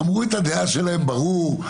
אמרו את הדעה שלהם ברור.